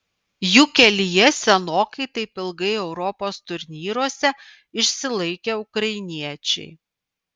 jų kelyje senokai taip ilgai europos turnyruose išsilaikę ukrainiečiai